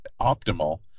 optimal